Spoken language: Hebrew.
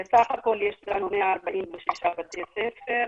סך הכול יש לנו 146 בתי ספר,